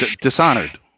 Dishonored